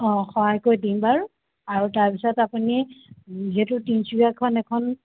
অ' সহায় কৰি দিম বাৰু আৰু তাৰ পিছত আপুনি যিহেতু তিনিচুকীয়াখন এখন